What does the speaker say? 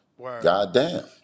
Goddamn